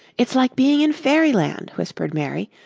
it's like being in fairyland, whispered mary.